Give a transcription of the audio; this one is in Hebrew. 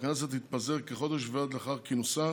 שהכנסת תתפזר כחודש בלבד לאחר כינוסה,